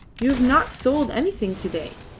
you have not sold anything to-day,